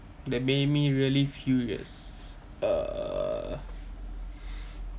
that made me really furious uh